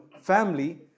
family